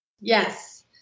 Yes